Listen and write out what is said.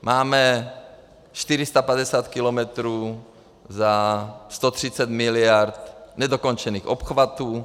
Máme 450 kilometrů za 130 miliard nedokončených obchvatů.